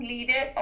Leader